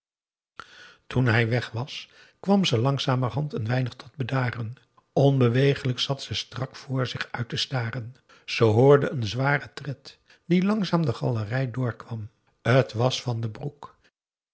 toen hij weg was kwam ze langzamerhand een weinig tot bedaren onbeweeglijk zat ze strak voor zich uit te staren ze hoorde een zwaren tred die langzaam de galerij door kwam t was van den broek